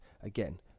Again